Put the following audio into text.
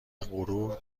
غرور